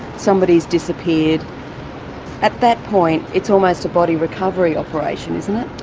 somebody's disappeared at that point, it's almost a body recovery operation, isn't it?